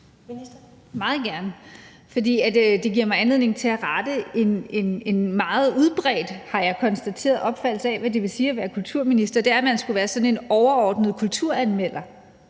Meget gerne, for det giver mig anledning til at rette en, har jeg konstateret, meget udbredt opfattelse af, hvad det vil sige at være kulturminister, nemlig at man skulle være sådan en overordnet kulturanmelder.